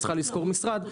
היא צריכה לשכור משרד.